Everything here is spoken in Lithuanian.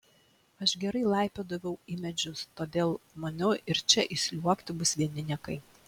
aš gerai laipiodavau į medžius todėl maniau ir čia įsliuogti bus vieni niekai